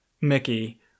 Mickey